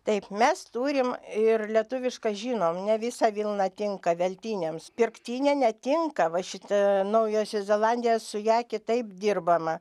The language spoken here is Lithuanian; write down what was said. taip mes turim ir lietuviškas žinom ne visa vilna tinka veltiniams pirktinė netinka va šita naujosios zelandijos su ja kitaip dirbama